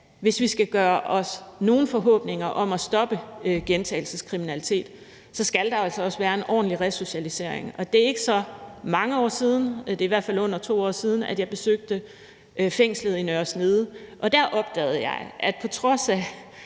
hvis vi skal gøre os nogen forhåbninger om at stoppe gentagelseskriminalitet, skal der altså også være en ordentlig resocialisering. Det er ikke så mange år siden – det er i hvert fald under 2 år siden – at jeg besøgte fængslet i Nørre Snede, og der opdagede jeg, at på trods af